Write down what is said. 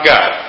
God